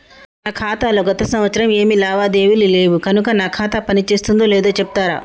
నా ఖాతా లో గత సంవత్సరం ఏమి లావాదేవీలు లేవు కనుక నా ఖాతా పని చేస్తుందో లేదో చెప్తరా?